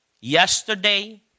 yesterday